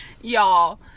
y'all